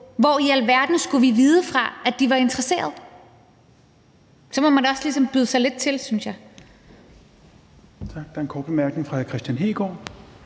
Hvor i alverden skulle vi vide fra, at de var interesserede? Man må da også ligesom byde sig lidt til – synes jeg.